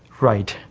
right.